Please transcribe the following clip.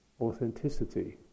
authenticity